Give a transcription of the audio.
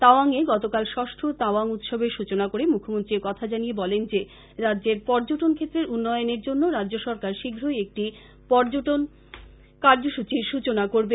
তাওয়াং এ গতকাল ষষ্ঠ তাওয়াং উৎসবের সৃচনা করে মুখ্যমন্ত্রী একথা জানিয়ে বলেন যে রাজ্যের পর্যটন ক্ষেত্রের উন্নয়নের জন্য রাজ্যসরকার শীঘ্রই একটি পর্যটন কার্যসূচীর সূচনা করবে